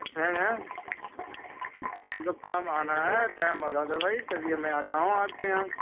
ٹھیک ہے کب آنا ہے ٹائم بتا دو بھائی تبھی میں آتا ہوں آپ کے یہاں